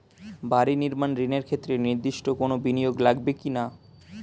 বাড়ি নির্মাণ ঋণের ক্ষেত্রে নির্দিষ্ট কোনো বিনিয়োগ লাগবে কি না?